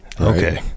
Okay